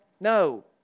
No